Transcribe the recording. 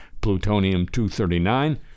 plutonium-239